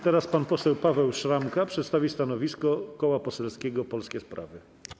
Teraz pan poseł Paweł Szramka przedstawi stanowisko Koła Poselskiego Polskie Sprawy.